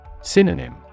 Synonym